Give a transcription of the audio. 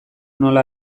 nola